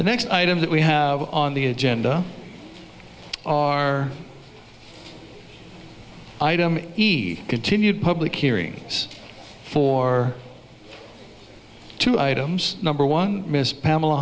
next item that we have on the agenda are item he continued public hearings for two items number one miss pamela